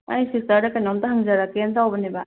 ꯑꯩ ꯁꯤꯁꯇꯔꯗ ꯀꯩꯅꯣꯝꯇ ꯍꯪꯖꯔꯛꯀꯦꯅ ꯇꯧꯕꯅꯦꯕ